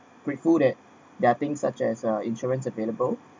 grateful that there are things such as uh insurance available